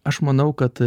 aš manau kad